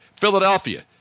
Philadelphia